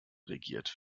regiert